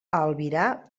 albirar